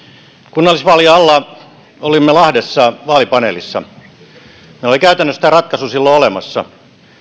kunnallisvaalien alla olimme lahdessa vaalipaneelissa meillä oli käytännössä tämä ratkaisu silloin olemassa